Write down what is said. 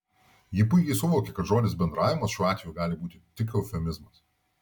ji puikiai suvokė kad žodis bendravimas šiuo atveju gali būti tik eufemizmas